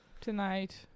tonight